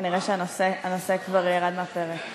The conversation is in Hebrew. כנראה שהנושא כבר ירד מהפרק.